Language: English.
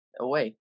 away